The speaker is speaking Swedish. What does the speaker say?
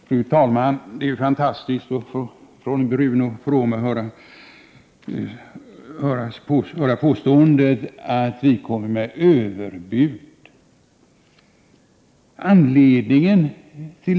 Fru talman! Det är ju fantastiskt att från Bruno Poromaa höra påståenden om att vi kommer med överbud.